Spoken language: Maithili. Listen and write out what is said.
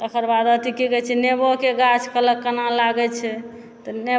तकर बाद अथि की कहै छै नेबोके गाछ कहलक केना लागै छै तऽ ने